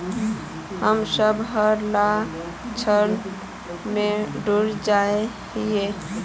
हम सब हर साल ऋण में डूब जाए हीये?